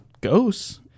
ghosts